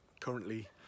currently